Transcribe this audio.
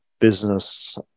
business